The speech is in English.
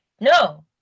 no